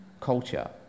culture